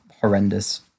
horrendous